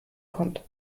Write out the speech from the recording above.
kommt